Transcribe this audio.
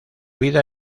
vida